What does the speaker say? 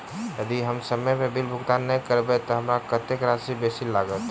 यदि हम समय पर बिल भुगतान नै करबै तऽ हमरा कत्तेक राशि बेसी लागत?